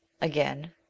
again